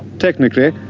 technically,